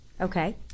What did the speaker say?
okay